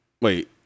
wait